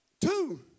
Two